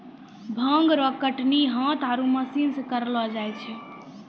भांग रो कटनी हाथ आरु मशीन से करलो जाय छै